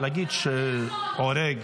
להגיד שהורג.